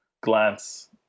glance